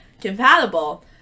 compatible